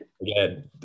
Again